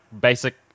Basic